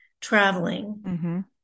traveling